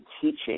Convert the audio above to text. teaching